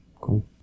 cool